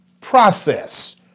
process